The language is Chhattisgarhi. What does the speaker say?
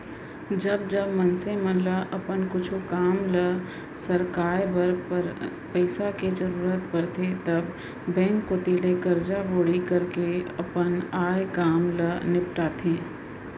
जब जब मनसे मन ल अपन कुछु काम ल सरकाय बर पइसा के जरुरत परथे तब बेंक कोती ले करजा बोड़ी करके अपन आय काम ल निकालथे